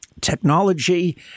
technology